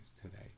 today